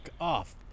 off